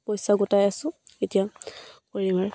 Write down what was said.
পইচা গোটাই আছোঁ এতিয়া কৰিম আৰু